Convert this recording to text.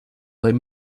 let